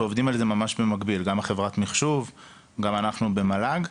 ועובדים על זה ממש במקביל גם חברת המחשוב וגם אנחנו במל"ג.